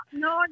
no